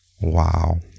Wow